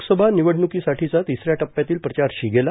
लोकसभा निवडणुकीसाठीचा तिसऱ्या टप्प्यातील प्रचार शिगेला